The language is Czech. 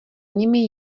nimi